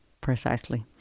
Precisely